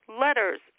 letters